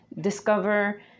Discover